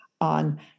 on